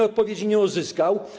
Odpowiedzi nie uzyskał.